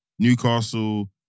Newcastle